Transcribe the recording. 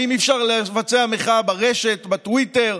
האם אי-אפשר לבצע מחאה ברשת, בטוויטר,